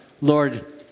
Lord